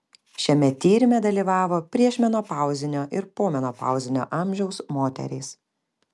šiame tyrime dalyvavo priešmenopauzinio ir pomenopauzinio amžiaus moterys